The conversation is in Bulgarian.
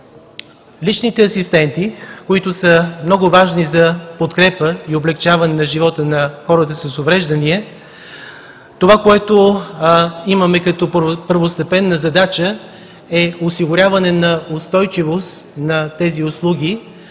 личните асистенти, които са много важни за подкрепа и облекчаване живота на хората с увреждания, това, което имаме като първостепенна задача, е осигуряване на устойчивост на тези услуги,